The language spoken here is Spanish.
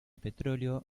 petróleo